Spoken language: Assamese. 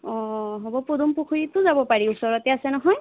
অঁ হ'ব পদুম পুখুৰীতো যাব পাৰি ওচৰতে আছে নহয়